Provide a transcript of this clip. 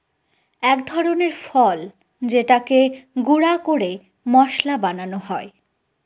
এক ধরনের ফল যেটাকে গুঁড়া করে মশলা বানানো হয়